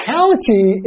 County